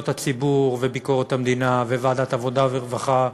הציבור וביקורת המדינה ועבודה ורווחה,